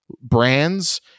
brands